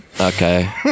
Okay